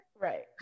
Right